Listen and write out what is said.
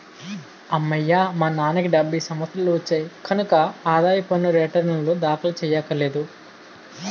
అమ్మయ్యా మా నాన్నకి డెబ్భై సంవత్సరాలు వచ్చాయి కనక ఆదాయ పన్ను రేటర్నులు దాఖలు చెయ్యక్కర్లేదు